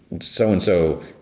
so-and-so